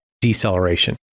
deceleration